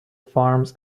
farms